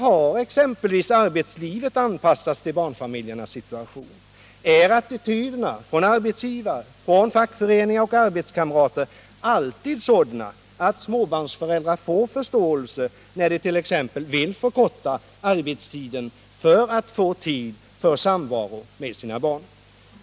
Har exempelvis arbetslivet anpassats till barnfamiljernas situation? Är attityderna från arbetsgivare, fackförening och arbetskamrater alltid sådana att småbarnsföräldrar får förståelse när det.ex. vill förkorta arbetstiden för att få tid för samvaro med sina barn?